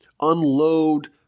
unload